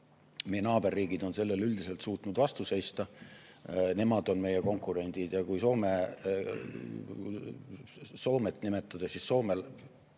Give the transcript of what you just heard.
meie naaberriigid on sellele üldiselt suutnud vastu seista. Nemad on meie konkurendid. Ja kui Soomet nimetada, siis Soome